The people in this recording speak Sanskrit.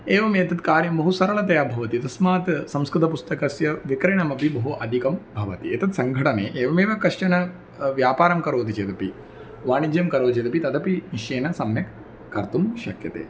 एवम् एतत् कार्यं बहु सरलतया भवति तस्मात् संस्कृत पुस्तकस्य विक्रणमपि बहु अधिकं भवति एतत् सङ्घटने एवमेव कश्चन व्यापारं करोति चेदपि वाणिज्यं करोति चेदपि तदपि निश्चयेन सम्यक् कर्तुं शक्यते